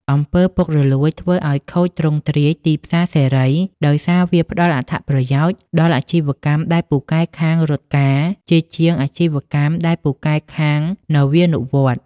អំពើពុករលួយ ធ្វើឱ្យខូចទ្រង់ទ្រាយទីផ្សារសេរី ដោយសារវាផ្ដល់អត្ថប្រយោជន៍ដល់អាជីវកម្មដែលពូកែខាង "រត់ការ" ជាជាងអាជីវកម្មដែលពូកែខាង "នវានុវត្តន៍"។